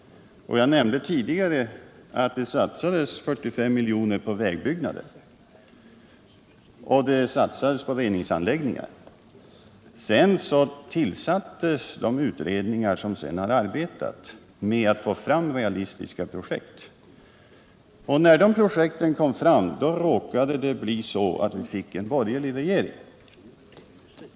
Jag nämnde tidigare att det satsades 45 miljoner på vägbyggnader, och det satsades på reningsanläggningar. Vidare tillsattes de utredningar som har arbetat med att få fram realistiska projekt. När de projekten kom fram råkade det bli så att vi fick en borgerlig regering.